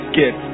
get